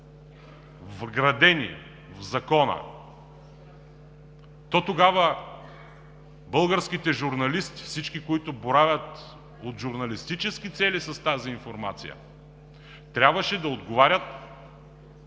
вградени в Закона, то тогава българските журналисти, всички, които боравят от журналистически цели с тази информация, трябваше да отговарят